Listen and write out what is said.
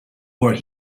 where